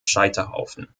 scheiterhaufen